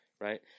right